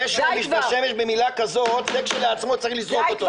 זה שהוא משתמש במילה כזאת זה כשלעצמו צריך לזרוק אותו,